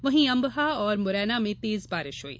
वहीं अंबहा और मुरैना में तेज बारिश हई